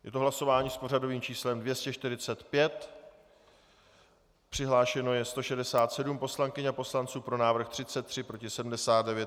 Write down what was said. Je to hlasování s pořadovým číslem 245, přihlášeno je 167 poslankyň a poslanců, pro návrh 33, proti 79.